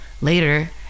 Later